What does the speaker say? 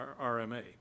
RMA